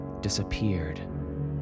disappeared